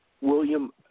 William